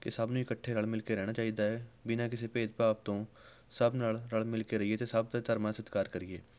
ਕਿ ਸਭ ਨੂੰ ਇਕੱਠੇ ਰਲ ਮਿਲ ਕੇ ਰਹਿਣਾ ਚਾਹੀਦਾ ਹੈ ਬਿਨ੍ਹਾਂ ਕਿਸੇ ਭੇਦ ਭਾਵ ਤੋਂ ਸਭ ਨਾਲ ਰਲ ਮਿਲ ਕੇ ਰਹੀਏ ਅਤੇ ਸਭ ਦੇ ਧਰਮ ਦਾ ਸਤਿਕਾਰ ਕਰੀਏ